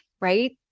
right